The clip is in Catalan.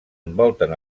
envolten